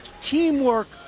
teamwork